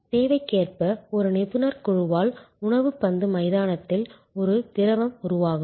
தேவைக்கேற்ப ஒரு நிபுணர் குழுவால் உணவுப் பந்து மைதானத்தில் ஒரு திரவம் உருவாகும்